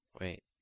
wait